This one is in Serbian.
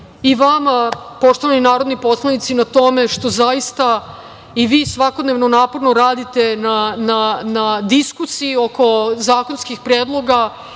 i vama poštovani narodni poslanici na tome što zaista i vi svakodnevno naporno radite na diskusiji oko zakonskih predloga